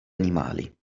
animali